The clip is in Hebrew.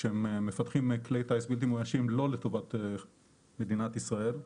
שהם מפתחים כלי טיס בלתי מאוישים לא לטובת מדינת ישראל,